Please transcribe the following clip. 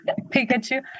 Pikachu